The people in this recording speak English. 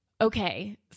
Okay